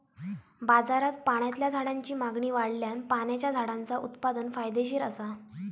बाजारात पाण्यातल्या झाडांची मागणी वाढल्यान पाण्याच्या झाडांचा उत्पादन फायदेशीर असा